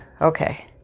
okay